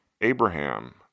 Abraham